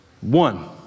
One